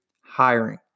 hiring